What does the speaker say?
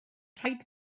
rhaid